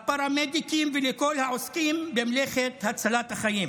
לפרמדיקים, ולכל העוסקים במלאכת הצלת החיים.